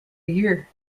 year